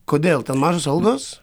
kodėl ten mažos algos